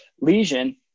lesion